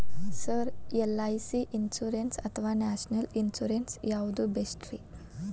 Sir LIC insurance ಅಥವಾ national insurance ಯಾವುದು ಬೆಸ್ಟ್ರಿ?